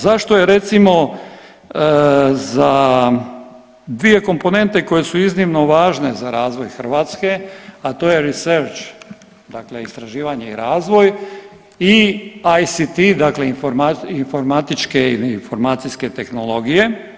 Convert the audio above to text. Zašto je, recimo, za 2 komponente koje su iznimno važne za razvoj Hrvatske, a to je research, dakle istraživanje i razvoj i ICT, dakle informatičke ili informacijske tehnologije.